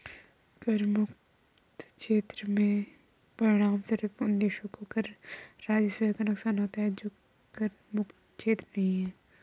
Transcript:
कर मुक्त क्षेत्र के परिणामस्वरूप उन देशों को कर राजस्व का नुकसान होता है जो कर मुक्त क्षेत्र नहीं हैं